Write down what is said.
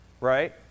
right